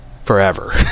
forever